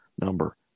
number